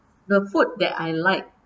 the food that I like